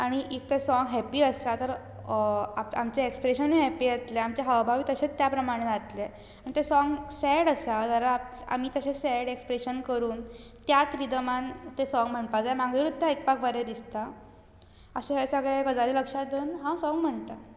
आनी इफ ते song happy आसा जाल्यार आमचें एक्सप्रेशनूय हेप्पी जातलें आनी आमचें हावभावूय तशेंच त्या प्रमाणे जातलें आनी तें सोंग सॅड आसा जाल्यार आमी तशेंच सॅड एक्सप्रेशन करुन त्याच रिदमान ते सोंग म्हणपाक जाय मागीरुत ते सोंग आयकपाक बरें दिसतां अशें हें सगळें गजाली लक्षांत दवरुन हांव सोंग म्हणटा